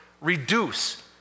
reduce